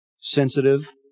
sensitive